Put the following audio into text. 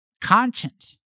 conscience